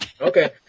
Okay